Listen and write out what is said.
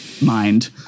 mind